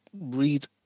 read